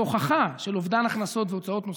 הוכחה של אובדן הכנסות והוצאות נוספות.